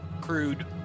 crude